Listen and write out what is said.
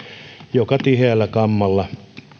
joka tiheällä kammalla